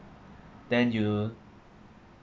then you